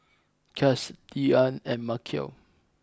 Chas Leeann and Maceo